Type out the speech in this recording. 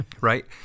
Right